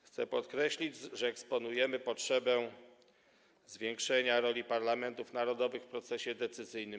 Chcę podkreślić, że eksponujemy potrzebę zwiększenia roli parlamentów narodowych w procesie decyzyjnym.